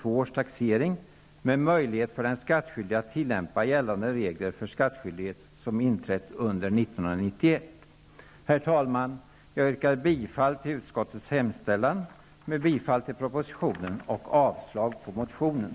års taxering med möjlighet för den skattskyldige att tillämpa gällande regler för skattskyldighet som inträtt under 1991. Herr talman! Jag yrkar bifall till utskottets hemställan, som innebär bifall till propositionen och avslag på motionen.